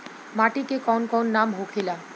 माटी के कौन कौन नाम होखे ला?